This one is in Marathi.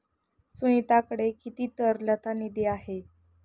सुनीताकडे किती तरलता निधी आहे?